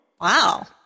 Wow